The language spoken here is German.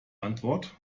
antwort